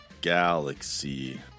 Galaxy